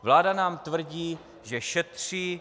Vláda nám tvrdí, že šetří.